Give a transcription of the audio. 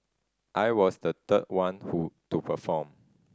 I was the third one to to perform